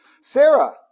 Sarah